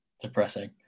depressing